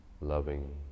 loving